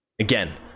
Again